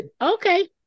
Okay